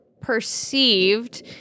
perceived